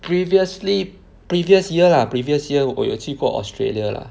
previously previous year lah previous year 我有去过 Australia lah